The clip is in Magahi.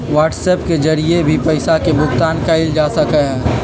व्हाट्सएप के जरिए भी पैसा के भुगतान कइल जा सका हई